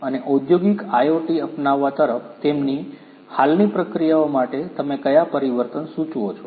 અને ઔદ્યોગિક IoT અપનાવવા તરફ તેમની હાલની પ્રક્રિયાઓ માટે તમે કયા પરિવર્તન સૂચવો છો